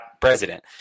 president